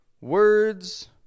Words